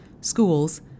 schools